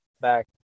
back